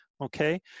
okay